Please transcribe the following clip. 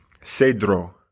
Cedro